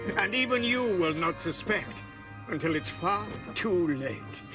and even you will not suspect until it's far too late.